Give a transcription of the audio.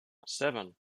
seven